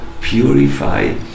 purify